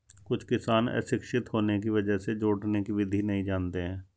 कुछ किसान अशिक्षित होने की वजह से जोड़ने की विधि नहीं जानते हैं